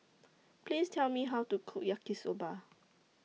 Please Tell Me How to Cook Yaki Soba